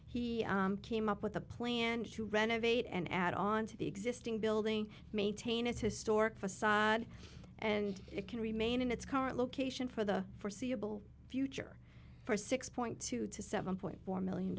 he came up with a plan to renovate and add on to the existing building maintain its historic facade and it can remain in its current location for the forseeable future for six point two to seven point four million